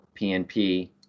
PnP